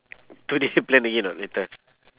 today plan again ah later